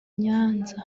nyanza